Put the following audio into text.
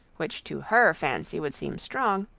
which to her fancy would seem strong,